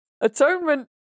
atonement